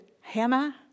hammer